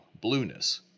blueness